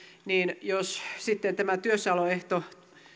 ja jos sitten tämän työssäoloehdon